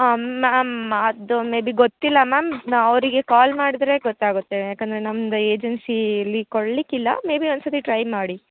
ma'am ಅದು maybe ಗೊತ್ತಿಲ್ಲ ma'am ಅವರಿಗೆ ಕಾಲ್ ಮಾಡಿದ್ರೆ ಗೊತ್ತಾಗುತ್ತೆ ಏಕಂದ್ರೆ ನಮ್ದು ಏಜೆನ್ಸಿಲ್ಲಿ ಕೊಡ್ಲಿಕ್ಕಿಲ್ಲ ಮೇಬಿ ಒಂದು ಸರ್ತಿ ಟ್ರೈ ಮಾಡಿ